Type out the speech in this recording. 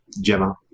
Gemma